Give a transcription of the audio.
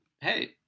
hey